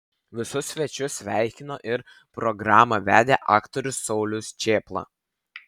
visus svečius sveikino ir programą vedė aktorius saulius čėpla